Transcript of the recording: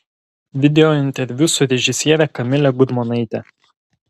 video interviu su režisiere kamile gudmonaite